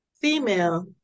female